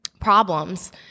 problems